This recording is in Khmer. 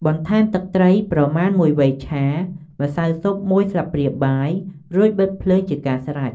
បន្ថែមទឹកត្រីប្រមាណ មួយវែកឆា ម្សៅស៊ុប មួយស្លាបព្រាបាយ រួចបិទភ្លើងជាការស្រេច។